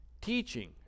teaching